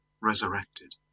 resurrected